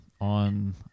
on